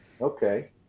Okay